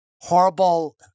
horrible